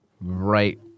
Right